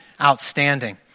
outstanding